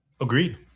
Agreed